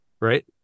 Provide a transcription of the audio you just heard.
Right